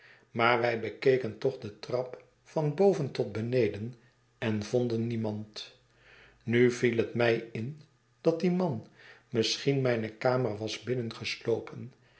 maar wij bekeken toch de trap van boven tot beneden en vonden niemand nu viel het mij in dat die man misschieh mijne kamer was